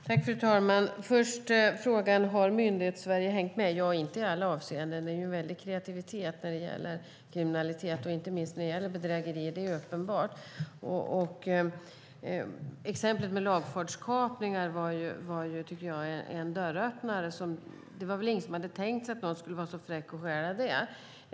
Fru talman! Först gäller det frågan: Har Myndighetssverige hängt med? Nej, inte i alla avseenden. Det finns en väldig kreativitet när det gäller kriminalitet, inte minst när det gäller bedrägeri; det är uppenbart. Exemplet med lagfartskapningar var en dörröppnare. Det var väl ingen som hade tänkt sig att någon skulle vara så fräck att man stjäl lagfarter.